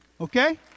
Okay